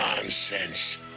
nonsense